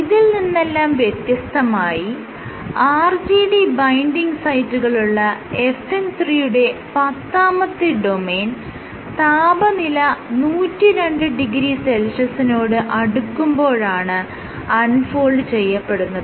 ഇതിൽ നിന്നെല്ലാം വ്യത്യസ്തമായി RGD ബൈൻഡിങ് സൈറ്റുകളുള്ള FN 3 യുടെ പത്താമത്തെ ഡൊമെയ്ൻ താപനില 1020 സെൽഷ്യസിനോട് അടുക്കുമ്പോഴാണ് അൺ ഫോൾഡ് ചെയ്യപ്പെടുന്നത്